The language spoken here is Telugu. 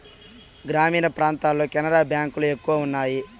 గ్రామీణ ప్రాంతాల్లో కెనరా బ్యాంక్ లు ఎక్కువ ఉన్నాయి